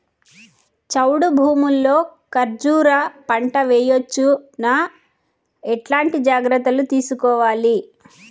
చౌడు భూముల్లో కర్బూజ పంట వేయవచ్చు నా? ఎట్లాంటి జాగ్రత్తలు తీసుకోవాలి?